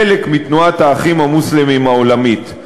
חלק מתנועת "האחים המוסלמים" העולמית.